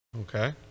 Okay